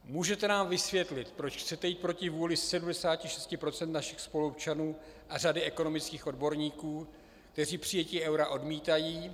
Můžete nám vysvětlit, proč chcete jít proti vůli 76 % našich spoluobčanů a řady ekonomických odborníků, kteří přijetí eura odmítají?